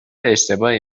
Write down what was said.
اشتباهی